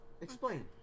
Explain